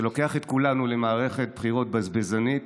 שלוקח את כולנו למערכת בחירות בזבזנית,